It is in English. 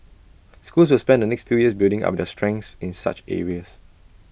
schools will spend the next few years building up their strengths in such areas